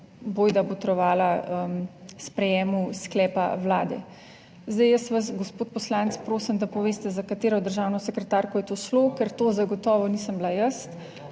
bojda botrovala sprejemu sklepa Vlade. Zdaj, jaz vas, gospod poslanec, prosim, da poveste, za katero državno sekretarko je to šlo, ker to zagotovo nisem bila jaz.